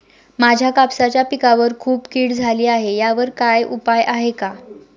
माझ्या कापसाच्या पिकावर खूप कीड झाली आहे यावर काय उपाय आहे का?